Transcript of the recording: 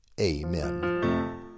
amen